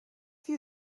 few